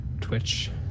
twitch